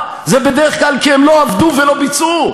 זה בדרך כלל כי הם לא עבדו ולא ביצעו,